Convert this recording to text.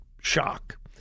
shock